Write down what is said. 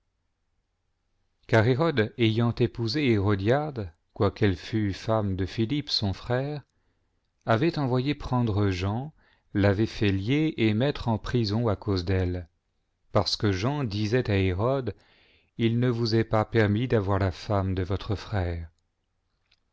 ayant épousé hérodiade quoiqu'elle fut femme de philippe son frère avait envoyé prendre jean l'avait fait fier et mettre en prison à cause d'elle parce que jean disait à hérode il ne vous est pas permis d'avoir la femme de votre frère